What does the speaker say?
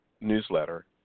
Newsletter